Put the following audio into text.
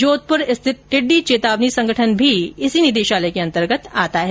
जोधपुर स्थित टिड्डी चेतावनी संगठन भी इसी निदेशालय के अंतर्गत आता है